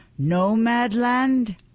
Nomadland